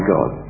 God